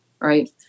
right